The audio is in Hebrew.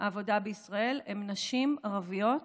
העבודה בישראל היא נשים ערביות